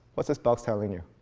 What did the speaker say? what's this box telling you?